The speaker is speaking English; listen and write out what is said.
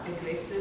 Aggressive